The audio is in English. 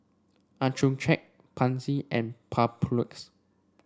Accucheck Pansy and Papulex